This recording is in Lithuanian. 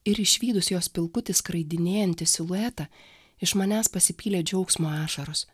ir išvydus jos pilkutį skraidinėjantį siluetą iš manęs pasipylė džiaugsmo ašaros